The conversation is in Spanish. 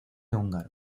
húngaro